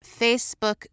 Facebook